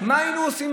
לא רק ביבי,